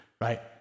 right